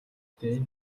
дээ